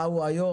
מה הוא היום?